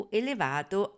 elevato